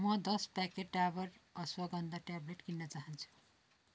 म दस packet Dabur ashwagandha tablet किन्न चाहन्छु